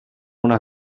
una